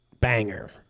banger